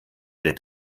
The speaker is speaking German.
der